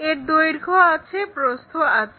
এর দৈর্ঘ্য আছে প্রস্থ আছে